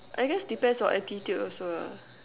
I guess depends on attitude also lah